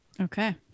Okay